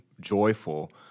joyful